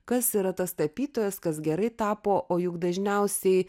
kas yra tas tapytojas kas gerai tapo o juk dažniausiai